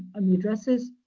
and the addresses,